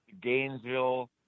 Gainesville